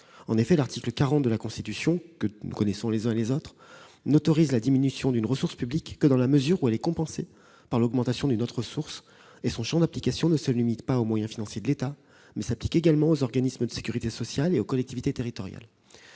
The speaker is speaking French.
En effet, l'article 40 de la Constitution, que nous connaissons tous bien, n'autorise la diminution d'une ressource publique que dans la mesure où elle est compensée par l'augmentation d'une autre ressource. Or son champ ne se limite pas aux moyens financiers de l'État ; l'article s'applique également aux organismes de sécurité sociale et aux collectivités territoriales.